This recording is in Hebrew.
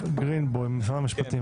ינמק את ההצעה אסף גרינבוים ממשרד המשפטים.